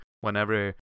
whenever